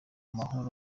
mahoro